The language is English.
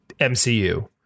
MCU